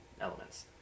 elements